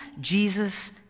Jesus